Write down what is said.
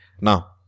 Now